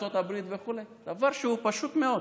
בארצות הברית וכו' דבר שהוא פשוט מאוד.